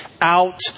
out